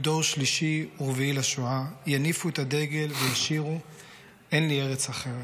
דור שלישי ורביעי לשואה / יניפו את הדגל וישירו / אין לי ארץ אחרת".